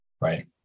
right